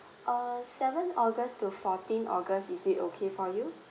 err seven august to fourteen august is it okay for you